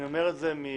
אני אומר את זה מידע,